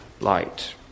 light